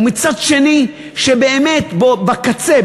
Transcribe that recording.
ומצד שני שבאמת בקצה,